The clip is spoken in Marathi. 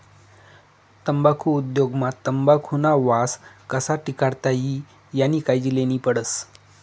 तम्बाखु उद्योग मा तंबाखुना वास कशा टिकाडता ई यानी कायजी लेन्ही पडस